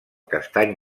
castany